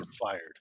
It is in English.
fired